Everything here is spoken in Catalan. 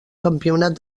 campionat